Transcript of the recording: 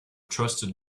trusted